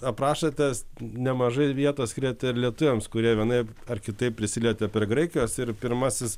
aprašote nemažai vietos skiriat ir lietuviams kurie vienaip ar kitaip prisilietė prie graikijos ir pirmasis